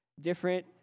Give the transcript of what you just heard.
different